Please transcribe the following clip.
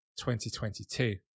2022